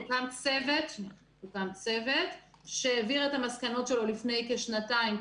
הוקם צוות שהעביר את המסקנות שלו לפני כשנתיים.